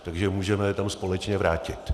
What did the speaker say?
Takže můžeme je tam společně vrátit.